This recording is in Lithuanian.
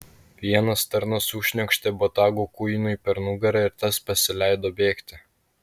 vienas tarnas sušniokštė botagu kuinui per nugarą ir tas pasileido bėgti